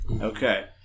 Okay